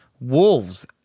Wolves